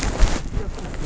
kau parking